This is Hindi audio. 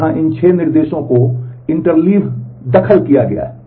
इसलिए हम एक शिड्यूल दखल किया गया है